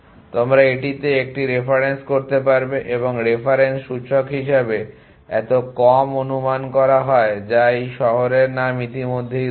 তোমাকে এটিতে একটি রেফারেন্স করতে হবে এবং রেফারেন্স সূচক হিসাবে এত কম অনুমান করা হয় যা এই শহরের নাম ইতিমধ্যেই রয়েছে